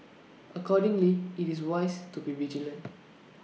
accordingly IT is wise to be vigilant